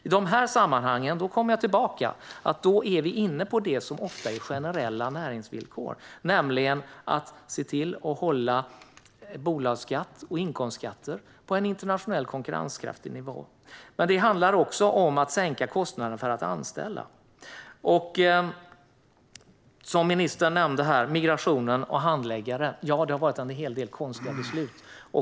I de här sammanhangen kommer jag tillbaka till att vi är inne på det som ofta är generella näringsvillkor, nämligen att se till att hålla bolagsskatt och inkomstskatter på en internationellt konkurrenskraftig nivå. Det handlar också om att sänka kostnaden för att anställa. Som ministern nämnde om migrationen och handläggare har det varit en hel del konstiga beslut.